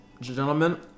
gentlemen